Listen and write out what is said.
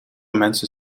mensen